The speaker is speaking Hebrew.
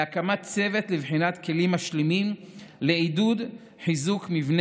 להקמת צוות לבחינת כלים משלימים לעידוד חיזוק מבני